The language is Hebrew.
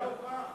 הגדרה טובה,